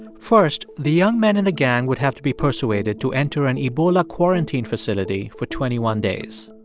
first, the young men in the gang would have to be persuaded to enter an ebola quarantine facility for twenty one days.